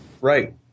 Right